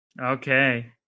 Okay